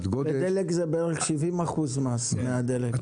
גודש --- בדלק זה בערך 70% מס מהדלק,